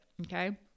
Okay